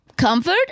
Comfort